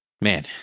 Man